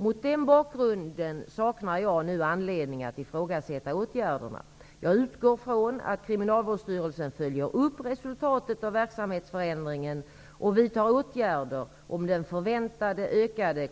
Mot denna bakgrund saknar jag nu anledning att ifrågasätta åtgärderna. Jag utgår från att Kriminalvårdsstyrelsen följer upp reslutatet av verksamhetsförändringen och vidtar åtgärder om den förväntade ökade